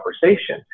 conversation